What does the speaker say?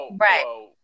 right